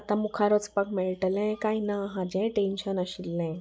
आतां मुखार वचपाक मेळटलें काय ना हाजें टेंन्शन आशिल्लें